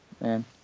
man